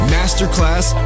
Masterclass